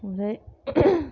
ओमफ्राय